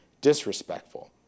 disrespectful